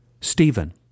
Stephen